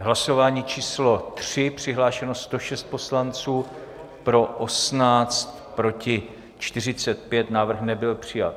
Hlasování číslo 3, přihlášeno 106 poslanců, pro 18, proti 45, návrh nebyl přijat.